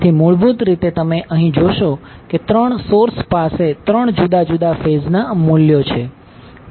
તેથી મૂળભૂત રીતે તમે અહીં જોશો કે 3 સોર્સ પાસે 3 જુદા જુદા ફેઝના મૂલ્ય છે